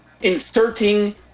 inserting